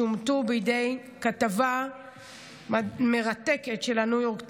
שאומתו בכתבה מרתקת של הניו יורק טיימס,